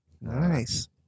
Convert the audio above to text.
Nice